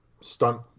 stunt